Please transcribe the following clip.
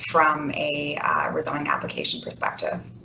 from a resulting application perspective?